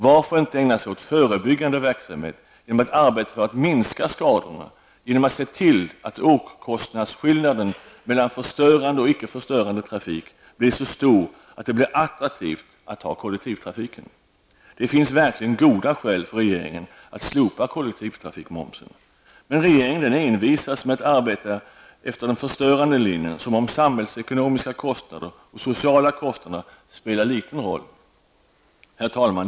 Varför inte ägna sig åt förebyggande verksamhet genom att arbeta för att minska skadorna genom att se till att åkkostnadsskillnaden mellan förstörande och icke förstörande trafik blir så stor att det blir attraktivt att använda kollektivtrafiken. Det finns verkligen goda skäl för regeringen att slopa kollektivtrafikmomsen. Men regeringen envisas med att arbeta efter den förstörande linjen, som om samhällsekonomiska kostnader och sociala kostnader spelar liten roll. Herr talman!